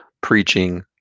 preaching